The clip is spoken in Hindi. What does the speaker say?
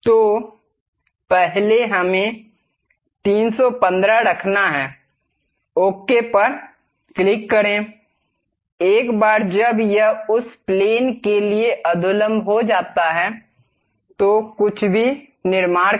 तो पहले हमें 315 रखना हैओके पर क्लिक करें एक बार जब यह उस प्लेन के लिए अधोलंब हो जाता है तो कुछ भी निर्माण करें